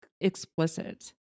explicit